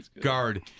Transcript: guard